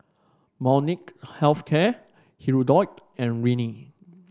Molnylcke Health Care Hirudoid and Rene